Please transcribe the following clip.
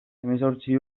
hemezortzi